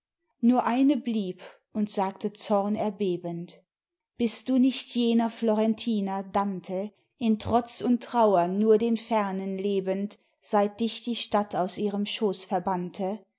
nur eine blieb und sagte zornerbebend bist du nicht jener florentiner dante in trotz und trauer nur den fernen lebend seit dich die stadt aus ihrem schoß verbannte